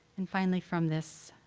and finally, from this